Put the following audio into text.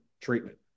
treatment